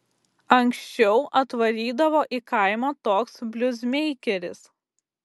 anksčiau atvarydavo į kaimą toks bliuzmeikeris